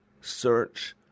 search